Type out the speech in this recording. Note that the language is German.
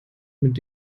mit